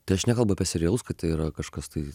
tai aš nekalbu apie serialus kad tai yra kažkas tai